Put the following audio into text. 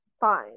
Fine